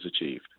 achieved